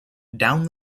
down